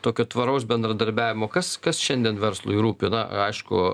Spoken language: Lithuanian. tokio tvaraus bendradarbiavimo kas kas šiandien verslui rūpi na aišku